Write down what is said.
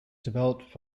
developed